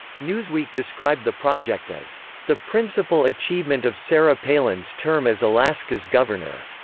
newsweek described the project as the principal achievement of sarah palin's term as alaska's governor.